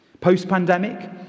Post-pandemic